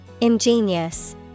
Ingenious